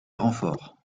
renforts